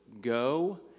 go